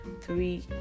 three